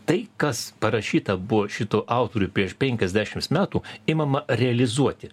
tai kas parašyta buvo šitų autorių prieš penkiasdešimt metų imama realizuoti